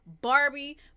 barbie